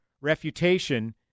refutation